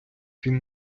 він